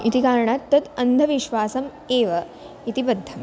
इति कारणात् तत् अन्धविश्वासः एव इति बद्धम्